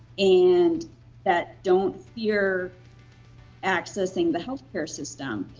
and that don't fear accessing the health care system.